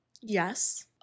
Yes